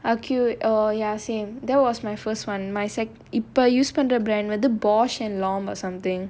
Acuvue oh ya same that was my first one my sec~ இப்போ:ippo brand whether Bausch & Lomb or something